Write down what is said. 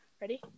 Ready